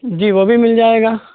جی وہ بھی مل جائے گا